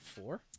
four